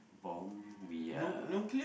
bomb we are